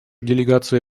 делегация